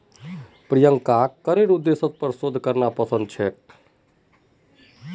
प्रियंकाक करेर उद्देश्येर पर शोध करना पसंद छेक